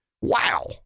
Wow